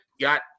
got